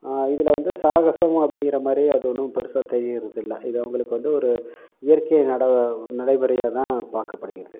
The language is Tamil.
இதில் வந்து சாகசம் அப்படிங்கிற மாதிரி அது ஒன்றும் பெருசாக தெரியறதில்லை இது அவர்களுக்கு வந்து ஒரு இயற்கை நட நடைமுறையாக தான் பார்க்கப்படுகிறது